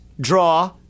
draw